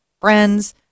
friends